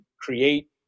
create